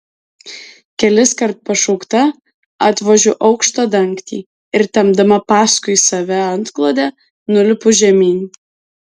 keliskart pašaukta atvožiu aukšto dangtį ir tempdama paskui save antklodę nulipu žemyn